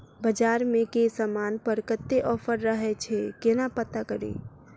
बजार मे केँ समान पर कत्ते ऑफर रहय छै केना पत्ता कड़ी?